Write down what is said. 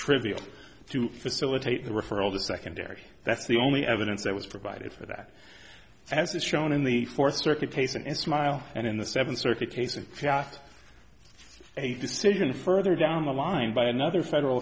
trivial to facilitate the referral to secondary that's the only evidence that was provided for that as is shown in the fourth circuit case and smile and in the seven circuit case and a decision further down the line by another federal